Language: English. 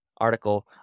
article